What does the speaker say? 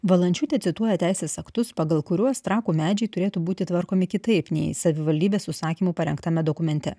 valančiūtė cituoja teisės aktus pagal kuriuos trakų medžiai turėtų būti tvarkomi kitaip nei savivaldybės užsakymu parengtame dokumente